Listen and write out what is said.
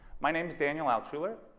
my name is daniel altschuler.